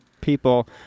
people